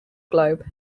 globe